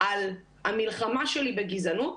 על המלחמה שלי בגזענות,